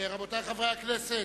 חברי חברי הכנסת,